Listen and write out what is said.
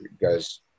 guys